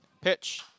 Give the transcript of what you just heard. Pitch